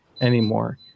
anymore